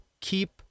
keep